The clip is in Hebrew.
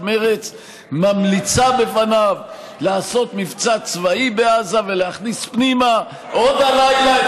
מרצ ממליצה בפניו לעשות מבצע צבאי בעזה ולהכניס פנימה עוד הלילה,